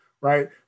right